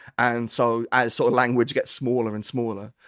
and so as so language gets smaller and smaller,